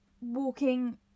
walking